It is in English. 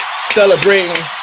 celebrating